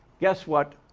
guess what?